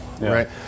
right